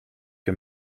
que